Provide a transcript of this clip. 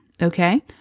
Okay